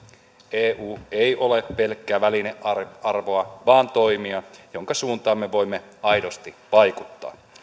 eu ei ole pelkkää välinearvoa vaan toimija jonka suuntaan me voimme aidosti vaikuttaa